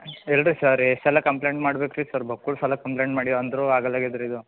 ಇಲ್ಲ ರೀ ಸರ್ ಎಷ್ಟು ಸಲ ಕಂಪ್ಲೇಂಟ್ ಮಾಡ್ಬೇಕು ರೀ ಸರ್ ಬಕ್ಕುಳ್ ಸಲ ಕಂಪ್ಲೇಂಟ್ ಮಾಡ್ಯಾವ್ ಅಂದರೂ ಆಗಲ್ಲ ಆಗಿದೆ ರೀ ಇದು